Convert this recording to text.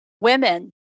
women